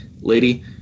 lady